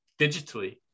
digitally